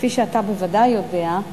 כפי שאתה בוודאי יודע,